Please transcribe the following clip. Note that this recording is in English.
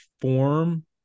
form